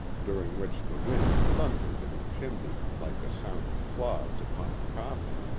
during which the wind thundered in the chimney like the sound of clods upon a coffin,